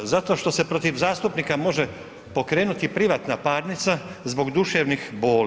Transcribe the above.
Zato što se protiv zastupnika može pokrenuti privatna parnica zbog duševnih boli.